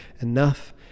enough